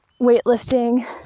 weightlifting